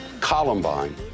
Columbine